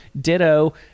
Ditto